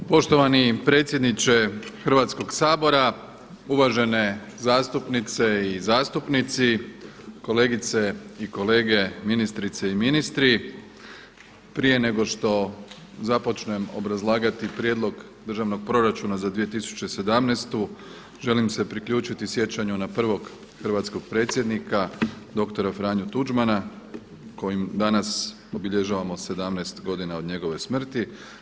Poštovani predsjedniče Hrvatskog sabora, uvažene zastupnice i zastupnici, kolegice i kolege ministrice i ministri prije nego što započnem obrazlagati prijedlog državnog proračuna za 2017. želim se priključiti sjećanju na prvog hrvatskog predsjednika doktora Franju Tuđmana kojim danas obilježavamo 17 godina od njegove smrti.